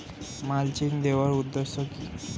Mulching দেওয়ার উদ্দেশ্য কি?